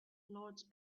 lords